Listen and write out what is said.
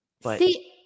See